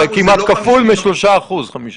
5% זה כמעט כפול מ-3%, כן.